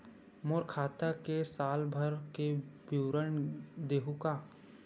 मोर खाता के साल भर के विवरण देहू का?